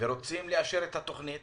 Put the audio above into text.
ורוצים לאשר את התוכנית